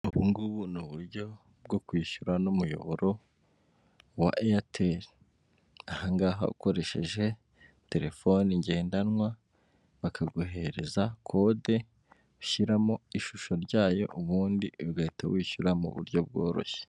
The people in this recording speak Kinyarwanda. Ubungubu ni uburyo bwo kwishyura n'umuyoboro wa airtel, ahangaha ukoresheje telefone ngendanwa bakaguherereza kode ushyiramo ishusho ryayo ubundi ugahita wishyura mu buryo bworoshye.